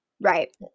right